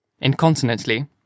incontinently